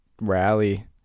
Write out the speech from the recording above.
rally